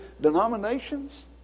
denominations